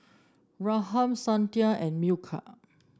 Ramnath Santha and Milkha